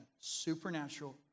supernatural